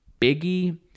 Biggie